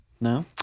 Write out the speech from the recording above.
no